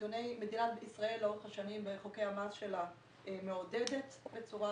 מדינת ישראל לאורך השנים בחוקי המס שלה מעודדת בצורה